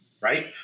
right